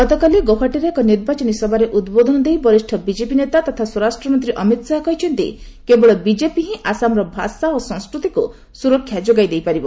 ଗତକାଲି ଗୌହାଟୀରେ ଏକ ନିର୍ବାଚନୀ ସଭାରେ ଉଦ୍ବୋଧନ ଦେଇ ବରିଷ୍ଠ ବିଜେପି ନେତା ତଥା ସ୍ୱରାଷ୍ଟ୍ରମନ୍ତ୍ରୀ ଅମିତ ଶାହା କହିଛନ୍ତି କେବଳ ବିଜେପି ହିଁ ଆସାମର ଭାଷା ଓ ସଂସ୍କୃତିକୁ ସୁରକ୍ଷା ଯୋଗାଇଦେଇ ପାରିବ